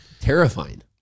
terrifying